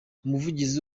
umuvugizi